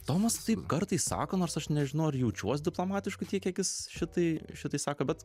tomas taip kartais sako nors aš nežinau ar jaučiuos diplomatišku tiek kiek jis šitai šitai sako bet